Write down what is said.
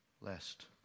lest